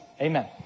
Amen